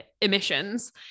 emissions